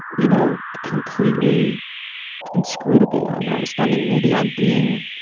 you know, completely inscrutable, almost. i mean, maybe i'm being